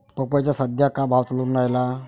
पपईचा सद्या का भाव चालून रायला?